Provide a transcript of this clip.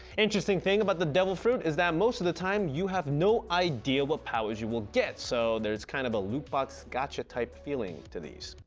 interesting thing about the devil fruit is that most of the time you have no idea what powers you will get. so there's kind of a loot box, gatcha type feel to these,